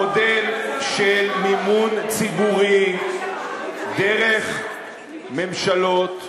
המודל של מימון שידור ציבורי דרך ממשלות הוא,